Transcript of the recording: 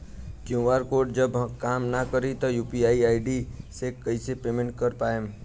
QR code जब काम ना करी त यू.पी.आई आई.डी से कइसे पेमेंट कर पाएम?